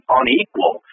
unequal